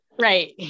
Right